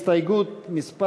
אני קובע כי הסתייגות מס'